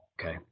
Okay